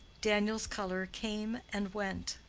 daniel's color came and went.